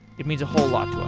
it means a whole lot